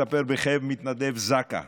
מספר בכאב מתנדב זק"א